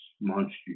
monster